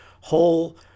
whole